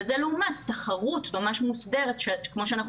וזה לעומת תחרות ממש מוסדרת שכמו שאנחנו